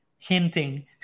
Hinting